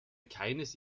keines